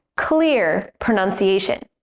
clear pronunciation.